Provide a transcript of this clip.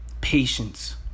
patience